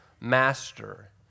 master